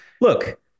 Look